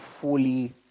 fully